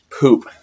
poop